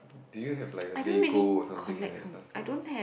do you have like a lego or something like that last time